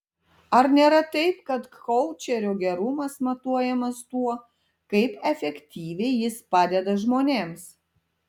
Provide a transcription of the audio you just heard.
ar nėra taip kad koučerio gerumas matuojamas tuo kaip efektyviai jis padeda žmonėms